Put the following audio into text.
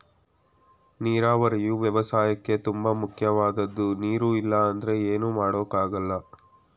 ನೀರಾವರಿಯು ವ್ಯವಸಾಯಕ್ಕೇ ತುಂಬ ಮುಖ್ಯವಾದದ್ದು ನೀರು ಇಲ್ಲ ಅಂದ್ರೆ ಏನು ಮಾಡೋಕ್ ಆಗಲ್ಲ